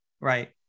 Right